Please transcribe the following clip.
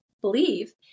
believe